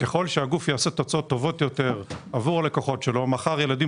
ככל שהגוף ישיג תוצאות טובות יותר עבור הלקוחות שלו הרי מחר ילדים